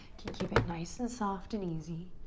can keep it nice and soft and easy.